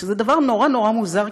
וזה דבר נורא נורא מוזר,